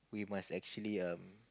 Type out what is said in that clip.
we must actually um